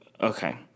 Okay